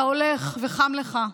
אתה הולך וחם לך,